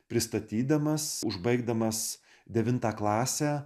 pristatydamas užbaigdamas devintą klasę